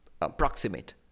approximate